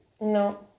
No